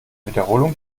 wiederholung